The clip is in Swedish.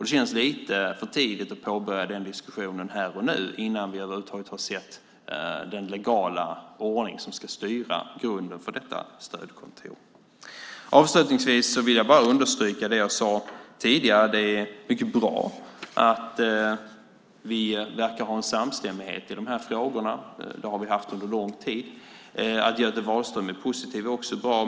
Det känns lite för tidigt att påbörja den diskussionen här och nu innan vi över huvud taget har sett den legala ordning som ska styra grunden för detta stödkontor. Avslutningsvis vill jag bara understryka det jag sade tidigare; det är mycket bra att vi verkar ha en samstämmighet i de här frågorna. Det har vi haft under lång tid. Det är också bra att Göte Wahlström är positiv.